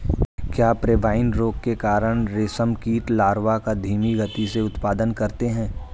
क्या पेब्राइन रोग के कारण रेशम कीट लार्वा का धीमी गति से उत्पादन करते हैं?